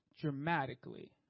dramatically